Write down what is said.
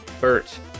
Bert